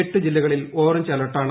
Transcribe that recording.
എട്ട് ജില്ലകളിൽ ഓറഞ്ച് അലെർട്ടാണ്